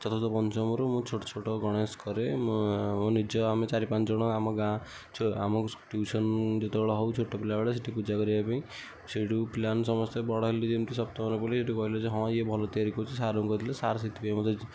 ଚତୁର୍ଥ ପଞ୍ଚମରୁ ମୁଁ ଛୋଟଛୋଟ ଗଣେଶ କରେ ମୁଁ ନିଜେ ଆମେ ଚାରି ପାଞ୍ଚ ଜଣ ଆମ ଗାଁ ଆମ ଟିଉସନ୍ ଯେତେବେଳେ ହଉ ଛୋଟ ପିଲା ବେଳେ ସେଇଠି ପୂଜା କରିବା ପାଇଁ ସେଇଠୁ ପିଲାମାନେ ସମସ୍ତେ ବଡ଼ ହେଲୁ ଯେମିତି ସପ୍ତମ ରେ ପଢ଼ିଲି ହେଠୁ କହିଲେ ଯେ ହ ଇଏ ଭଲ ତିଆରି କରୁଛି ସାର୍ ଙ୍କୁ କହିଲେ ସାର୍ ସେଥିପାଇଁ ମତେ